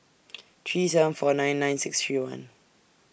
three seven four nine nine six three one